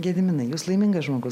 gediminai jūs laimingas žmogus